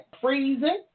Freezing